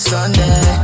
Sunday